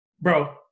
bro